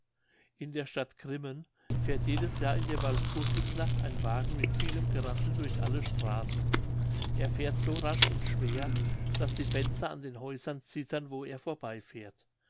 in der stadt grimmen fährt jedes jahr in der walpurgisnacht ein wagen mit vielem gerassel durch alle straßen er fährt so rasch und schwer daß die fenster an den häusern zittern wo er vorbeifährt